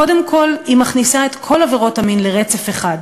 קודם כול, היא מכניסה את כל עבירות המין לרצף אחד,